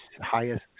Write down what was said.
highest